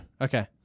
Okay